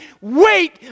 Wait